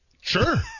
Sure